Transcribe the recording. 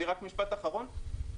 משפט אחרון,